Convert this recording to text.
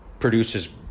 produces